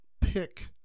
pick